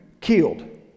killed